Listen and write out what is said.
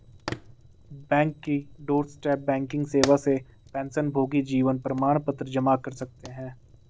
bank की doorstep banking सेवा से पेंशनभोगी जीवन प्रमाण पत्र जमा कर सकते हैं